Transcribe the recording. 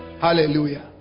Hallelujah